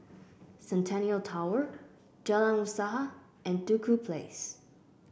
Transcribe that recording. Centennial Tower Jalan Usaha and Duku Place